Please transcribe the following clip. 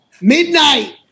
Midnight